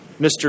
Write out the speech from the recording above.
Mr